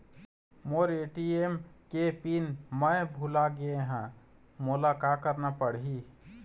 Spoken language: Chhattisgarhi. मोर ए.टी.एम के पिन मैं भुला गैर ह, मोला का करना पढ़ही?